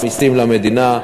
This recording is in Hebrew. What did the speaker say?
מסים למדינה.